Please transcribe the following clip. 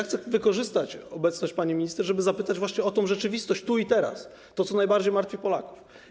Chcę wykorzystać obecność pani minister, żeby zapytać o tę rzeczywistość tu i teraz, o to, co najbardziej martwi Polaków.